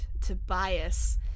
Tobias